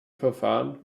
verfahren